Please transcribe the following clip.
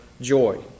joy